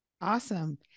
Awesome